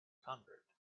convert